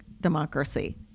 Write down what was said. democracy